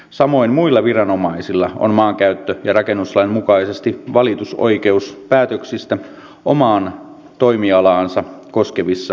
samoin muilla viranomaisilla on maankäyttö ja rakennuslain mukaisesti valitusoikeus päätöksistä omaa toimialaansa koskevissa kysymyksissä